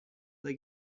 they